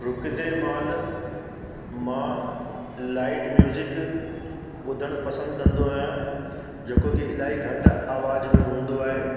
ॾुकंदे महिल मां light music ॿुधणु पसंदि कंदो आहियां जेको कि इलाही घटि आवाज में हूंदो आहे